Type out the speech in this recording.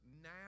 now